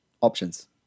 Options